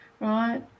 right